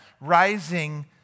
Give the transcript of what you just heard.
rising